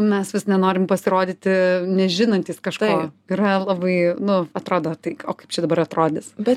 mes vis nenorim pasirodyti nežinantys kažko yra labai nu atrodo tai o kaip čia dabar atrodys bet